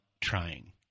trying